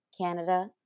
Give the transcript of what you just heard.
Canada